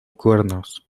cuernos